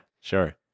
sure